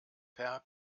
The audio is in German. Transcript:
per